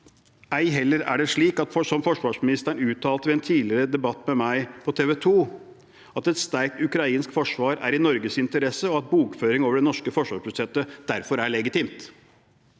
Ei heller er det slik, som forsvarsministeren uttalte i en tidligere debatt med meg på TV 2, at et sterkt ukrainsk forsvar er i Norges interesse, og at bokføring over det norske forsvarsbudsjettet derfor er legitimt.